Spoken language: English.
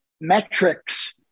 metrics